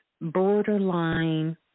borderline